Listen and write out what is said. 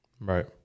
Right